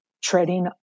treading